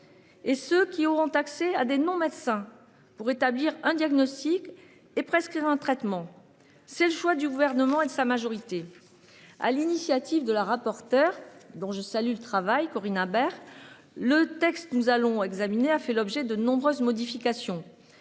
Et ceux qui auront accès à des non-médecins pour établir un diagnostic et prescrire un traitement. C'est le choix du gouvernement et de sa majorité. À l'initiative de la rapporteure dont je salue le travail Corinne Imbert. Le texte, nous allons examiner, a fait l'objet de nombreuses modifications.